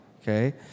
Okay